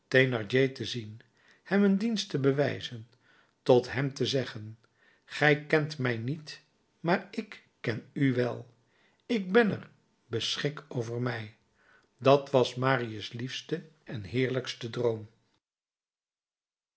te zien hem een dienst te bewijzen tot hem te zeggen gij kent mij niet maar ik ken u wel ik ben er beschik over mij dat was marius liefste en heerlijkste droom